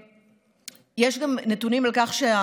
יש גם נתונים על כך,